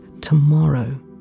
tomorrow